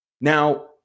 Now